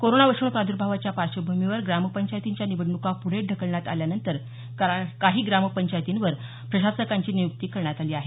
corona विषाणू प्रादर्भावाच्या पार्श्वभूमीवर ग्रामपंचायतींच्या निवडणुका पुढे ढकलण्यात आल्यानंतर काही ग्रामपंचायतींवर प्रशासकांची निय्क्ती करण्यात आली आहे